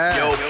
yo